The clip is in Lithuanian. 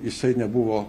jisai nebuvo